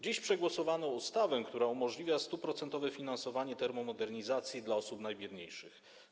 Dziś przegłosowano ustawę, która umożliwia 100-procentowe finansowanie termomodernizacji dla osób najbiedniejszych.